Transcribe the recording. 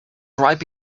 ripe